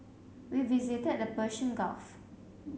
we visited the Persian Gulf